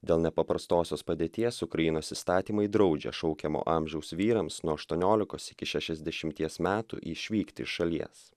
dėl nepaprastosios padėties ukrainos įstatymai draudžia šaukiamo amžiaus vyrams nuo aštuoniolikos iki šešiasdešimties metų išvykti iš šalies